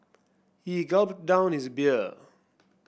he gulped down his beer